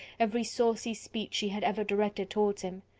every saucy speech she had ever directed towards him.